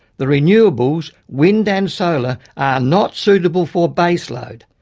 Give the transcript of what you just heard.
the renewables, wind and solar are not suitable for base load.